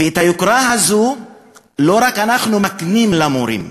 ואת היוקרה הזאת לא רק אנחנו מקנים למורים,